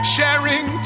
Sharing